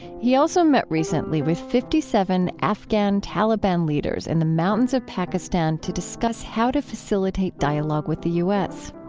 he also met recently with fifty seven afghan taliban leaders in the mountains of pakistan to discuss how to facilitate dialogue with the u s.